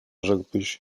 rzekłbyś